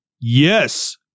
Yes